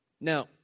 Now